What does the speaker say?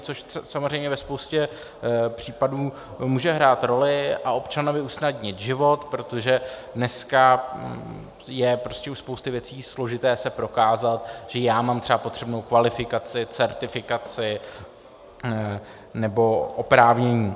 Což samozřejmě ve spoustě případů může hrát roli a občanovi usnadnit život, protože dneska je prostě u spousty věcí složité se prokázat, že já mám třeba potřebnou kvalifikaci, certifikaci nebo oprávnění.